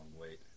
wait